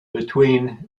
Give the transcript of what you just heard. between